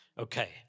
Okay